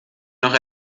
noch